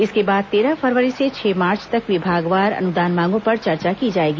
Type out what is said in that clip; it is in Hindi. इसके बाद तेरह फरवरी से छह मार्च तक विभागवार अनुदान मांगों पर चर्चा की जाएगी